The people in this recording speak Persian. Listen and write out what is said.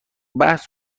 بحث